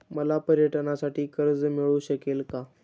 मला पर्यटनासाठी कर्ज मिळू शकेल का?